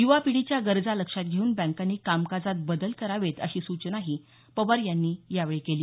युवा पिढीच्या गरजा लक्षात घेऊन बँकांनी कामकाजात बदल करावे अशी सूचनाही पवार यांनी यावेळी केली